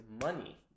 money